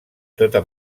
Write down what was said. tota